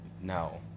No